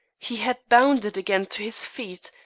he had bounded again to his feet,